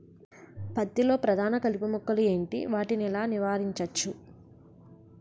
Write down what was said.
పత్తి లో ప్రధాన కలుపు మొక్కలు ఎంటి? వాటిని ఎలా నీవారించచ్చు?